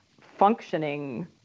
functioning